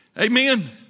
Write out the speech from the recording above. Amen